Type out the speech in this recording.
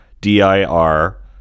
D-I-R